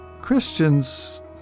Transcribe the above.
Christians